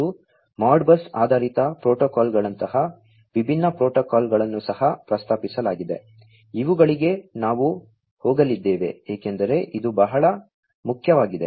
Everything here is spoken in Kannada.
ಮತ್ತು Modbus ಆಧಾರಿತ ಪ್ರೋಟೋಕಾಲ್ಗಳಂತಹ ವಿಭಿನ್ನ ಪ್ರೋಟೋಕಾಲ್ಗಳನ್ನು ಸಹ ಪ್ರಸ್ತಾಪಿಸಲಾಗಿದೆ ಇವುಗಳಿಗೆ ನಾವು ಹೋಗಲಿದ್ದೇವೆ ಏಕೆಂದರೆ ಇದು ಬಹಳ ಮುಖ್ಯವಾಗಿದೆ